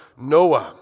Noah